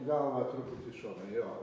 galvą truputį į šoną jo